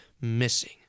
missing